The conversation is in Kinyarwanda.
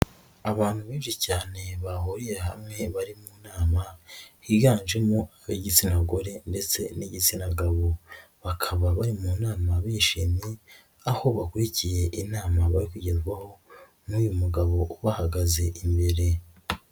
Abantu benshi cyane bahuriye hamwe bari mu nama higanjemo ab'igitsina gore ndetse n'igitsina gabo bakaba bari mu nama bishimiye aho bakurikiye inama bari kugezwaho n'uyu mugabo ubahagaze imbere.